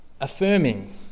Affirming